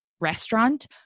restaurant